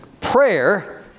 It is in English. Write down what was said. prayer